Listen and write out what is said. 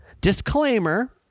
Disclaimer